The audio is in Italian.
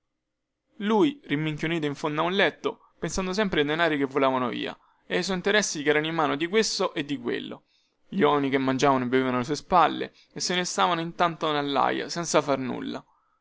lui rimminchionito in fondo a un letto pensando sempre ai denari che volavano via e ai suoi interessi cherano in mano di questo e di quello gli uomini che mangiavano e bevevano alle sue spalle e se ne stavano intanto nellaia senza far nulla